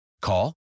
Call